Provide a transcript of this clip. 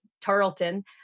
Tarleton